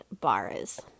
Bars